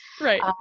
Right